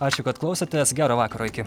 ačiū kad klausotės gero vakaro iki